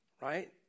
right